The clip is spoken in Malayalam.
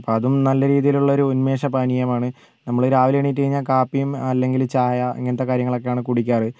അപ്പോൾ അതും നല്ല രീതിയിലുള്ള ഒരു ഉന്മേഷ പാനീയമാണ് നമ്മൾ രാവിലെ എണീറ്റ് കഴിഞ്ഞാൽ കാപ്പിയും അല്ലെങ്കിൽ ചായ ഇങ്ങനത്തെ കാര്യങ്ങളൊക്കെയാണ് കുടിക്കാറ്